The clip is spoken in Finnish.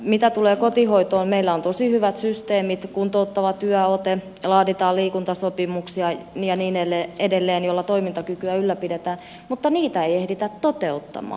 mitä tulee kotihoitoon meillä on tosi hyvät systeemit kuntouttava työote laaditaan liikuntasopimuksia ja niin edelleen joilla toimintakykyä ylläpidetään mutta niitä ei ehditä toteuttamaan